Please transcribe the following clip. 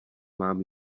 mám